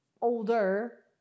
older